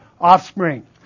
offspring